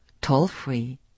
toll-free